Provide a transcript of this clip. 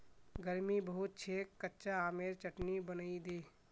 गर्मी बहुत छेक कच्चा आमेर चटनी बनइ दे